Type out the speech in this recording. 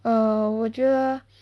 err 我觉得